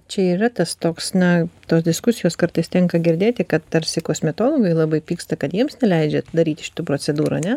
čia yra tas toks na tos diskusijos kartais tenka girdėti kad tarsi kosmetologai labai pyksta kad jiems neleidžia daryti šitų procedūrų ane